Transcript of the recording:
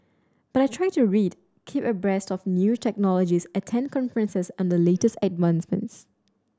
but I try to read keep abreast of new technologies attend conferences on the latest advances